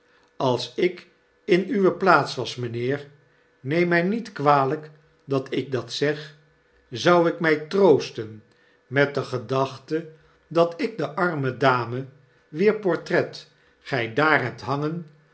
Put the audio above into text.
als ik in uwe plaats was mynheer neem my niet kwalyk dat ik dat zeg zou ik mij troosten met de gedachte dat ik de arme dame wier portret gy daar hebt hangen